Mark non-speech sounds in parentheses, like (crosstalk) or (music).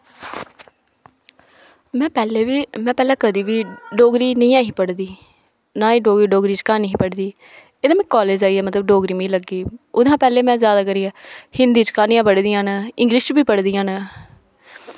में पैह्लें बी में पैह्लें कदें बी डोगरी नी ऐ ही पढ़ी दी ना ई डोगरी च क्हानी ही पढ़ी दी (unintelligible) कालेज आइयै मतलब डोगरी मी लग्गी ओह्दे कशा पैह्लें में ज्यादा करियै हिन्दी च क्हानियां पढ़ी दियां न इंग्लिश च बी पढ़ी दियां न